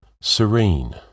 serene